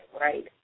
right